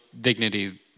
dignity